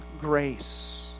grace